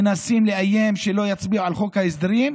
מנסים לאיים שלא יצביעו על חוק ההסדרים,